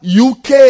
UK